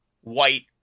white